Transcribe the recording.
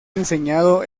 enseñado